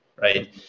right